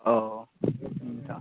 अ